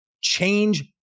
change